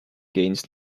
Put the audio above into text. gains